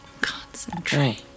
concentrate